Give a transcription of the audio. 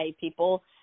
People